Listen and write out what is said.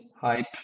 hype